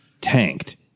tanked